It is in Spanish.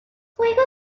juegos